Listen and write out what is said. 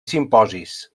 simposis